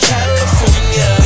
California